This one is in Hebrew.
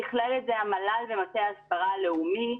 תיכלל את זה המל"ל ומטה ההסברה הלאומי.